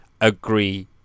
agree